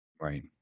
Right